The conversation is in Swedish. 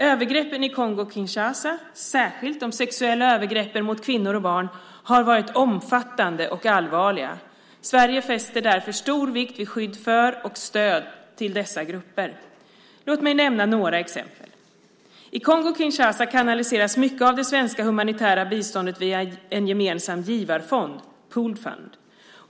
Övergreppen i Kongo-Kinshasa, särskilt de sexuella övergreppen mot kvinnor och barn, har varit omfattande och allvarliga. Sverige fäster därför stor vikt vid skydd för, och stöd till, dessa grupper. Låt mig nämna några exempel. I Kongo-Kinshasa kanaliseras mycket av det svenska humanitära biståndet via en gemensam givarfond, Pooled Fund.